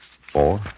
four